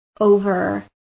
over